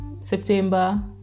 September